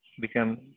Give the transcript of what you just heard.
become